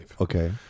okay